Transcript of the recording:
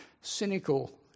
cynical